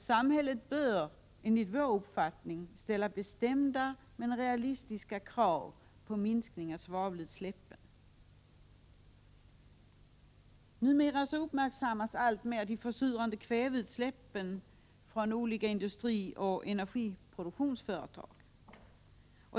Samhället bör enligt vår uppfattning ställa bestämda men realistiska krav på en minskning av svavelutsläppen. Numera uppmärksammas alltmer de försurande kväveutsläppen från olika industrioch energiproduktionsföretag.